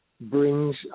brings